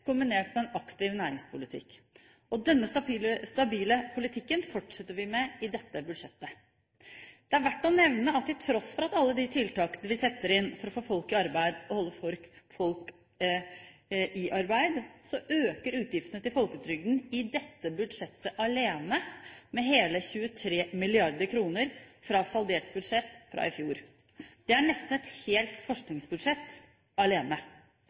kombinert med en aktiv næringspolitikk. Denne stabile politikken fortsetter vi med i dette budsjettet. Det er verdt å nevne at til tross for alle de tiltakene vi setter inn for å få folk i arbeid og holde folk i arbeid, øker utgiftene til folketrygden i dette budsjettet alene med hele 23 mrd. kr fra saldert budsjett i fjor. Det er nesten et helt forskningsbudsjett alene.